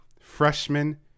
Freshman